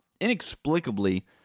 Inexplicably